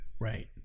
Right